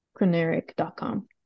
chroneric.com